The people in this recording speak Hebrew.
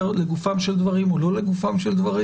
לגופם של דברים או לא לגופם של דברים.